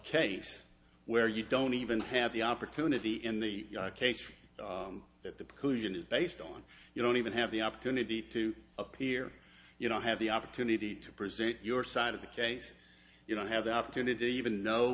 case where you don't even have the opportunity in the case that the persian is based on you don't even have the opportunity to appear you don't have the opportunity to present your side of the case you don't have the opportunity even